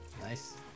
Nice